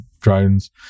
drones